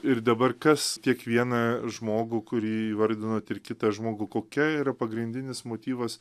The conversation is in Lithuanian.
ir dabar kas kiekvieną žmogų kurį įvardinot ir kitą žmogų kokia yra pagrindinis motyvas